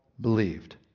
believed